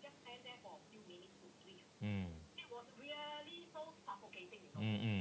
mm mm mm